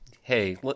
Hey